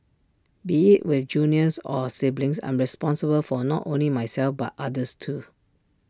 be IT with juniors or siblings I'm responsible for not only myself but others too